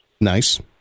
Nice